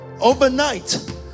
overnight